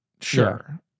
Sure